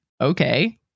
okay